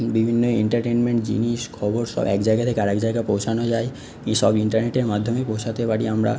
বিভিন্ন এন্টারটেনমেন্ট জিনিস খবর একজায়গা থেকে আরেক জায়গায় পৌঁছানো যায় এইসব ইন্টারনেটের মাধ্যমেই পৌঁছাতে পারি আমরা